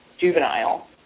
juvenile